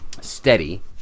steady